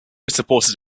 supported